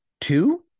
two